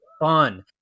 fun